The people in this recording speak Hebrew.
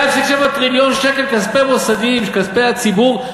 2.7 טריליון שקל כספי מוסדיים, כספי הציבור.